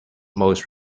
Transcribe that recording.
most